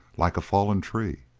like a fallen tree,